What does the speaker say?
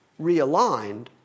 realigned